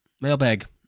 Mailbag